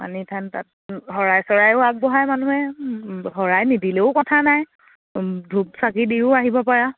মানি থান তাত শৰাই চৰাইও আগবঢ়াই মানুহে শৰাই নিদিলেও কথা নাই ধূপ চাকি দিও আহিব পাৰা